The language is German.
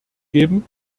geben